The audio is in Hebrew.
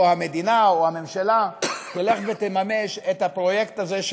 או המדינה או הממשלה תלך ותממש את הפרויקט הזה,